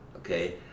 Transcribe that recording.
Okay